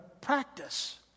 practice